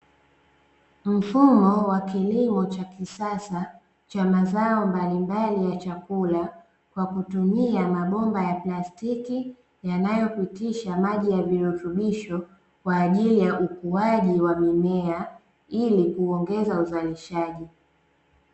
Mfumo wa kilimo cha kisasa cha mazao mbalimbali ya chakula kwa kutumia mabomba ya plastiki yanayopitisha maji ya virutubisho kwa ajili ya ukuaji wa mimea ili kuongeza uzalishaji.